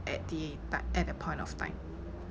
at the part at the point of time